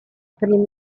per